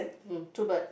mm two bird